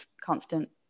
constant